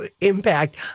impact